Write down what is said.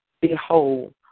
behold